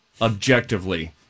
objectively